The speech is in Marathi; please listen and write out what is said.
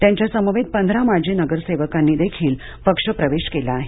त्यांच्या समवेत पंधरा माजी नगरसेवकांनी देखील पक्ष प्रवेश केला आहे